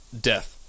death